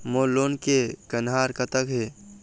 मोर loan के कन्हार कतक हे?